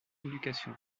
éducation